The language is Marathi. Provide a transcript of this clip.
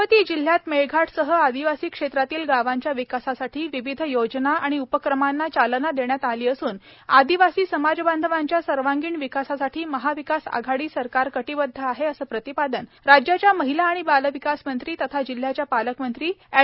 अमरावती जिल्ह्यात मेळघाटसह आदिवासी क्षेत्रातील गावांच्या विकासासाठी विविध योजना आणि उपक्रमांना चालना देण्यात आली असूनआदिवासी समाजबांधवांच्या सर्वांगीण विकासासाठी महाविकास आघाडी सरकार कटिबद्ध आहेअसं प्रतिपादन राज्याच्या महिला आणि बालविकास मंत्री तथा जिल्ह्याच्या पालकमंत्री एड